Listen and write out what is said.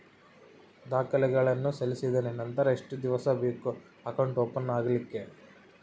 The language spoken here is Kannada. ದಾಖಲೆಗಳನ್ನು ಸಲ್ಲಿಸಿದ್ದೇನೆ ನಂತರ ಎಷ್ಟು ದಿವಸ ಬೇಕು ಅಕೌಂಟ್ ಓಪನ್ ಆಗಲಿಕ್ಕೆ?